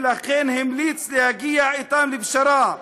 ולכן המליץ להגיע אתם לפשרה,